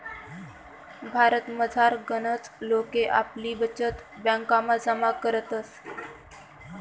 भारतमझार गनच लोके आपली बचत ब्यांकमा जमा करतस